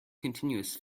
contiguous